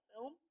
film